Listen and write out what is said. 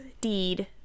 deed